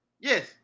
Yes